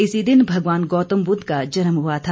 इसी दिन भगवान गौतम बुद्ध का जन्म हुआ था